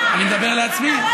אני מדבר לעצמי?